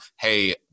hey